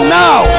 now